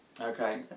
Okay